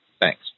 Thanks